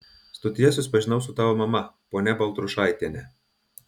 stotyje susipažinau su tavo mama ponia baltrušaitiene